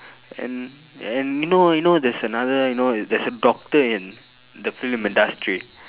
and and you know you know there's another you know there's a doctor in the film industry